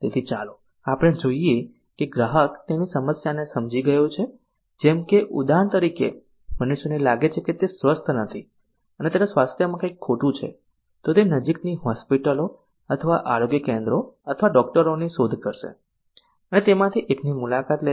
તેથી ચાલો આપણે જોઈએ કે ગ્રાહક તેની સમસ્યાને સમજી ગયો છે જેમ કે ઉદાહરણ તરીકે મનુષ્યને લાગે છે કે તે સ્વસ્થ નથી અને તેના સ્વાસ્થ્યમાં કંઈક ખોટું છે તો તે નજીકની હોસ્પિટલો અથવા આરોગ્ય કેન્દ્રો અથવા ડોકટરોની શોધ કરશે અને તેમાંથી એકની મુલાકાત લેશે